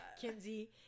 Kinsey